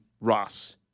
Ross